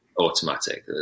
automatic